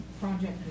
project